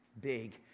big